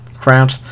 crowd